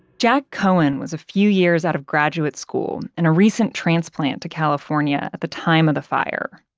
jack cohen was a few years out of graduate school, and a recent transplant to california at the time of the fire.